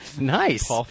Nice